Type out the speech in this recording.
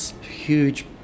huge